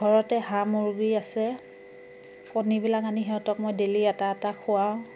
ঘৰতে হাঁহ মূৰ্গী আছে কণীবিলাক আনি সিহঁতক মই ডেইলী এটা এটা খুৱাওঁ